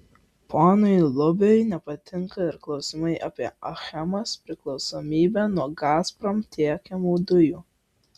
ponui lubiui nepatinka ir klausimai apie achemos priklausomybę nuo gazprom tiekiamų dujų